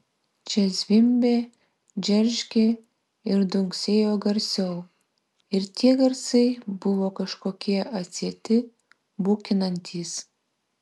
čia zvimbė džeržgė ir dunksėjo garsiau ir tie garsai buvo kažkokie atsieti bukinantys